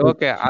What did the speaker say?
Okay